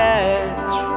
edge